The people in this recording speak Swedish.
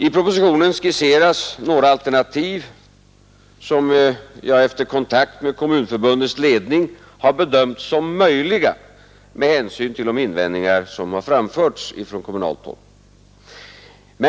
I propositionen skisseras några alternativ, som jag efter kontakt med Kommunförbundets ledning har bedömt som möjliga med hänsyn till de invändningar som har framförts från kommunalt håll.